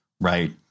right